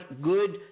good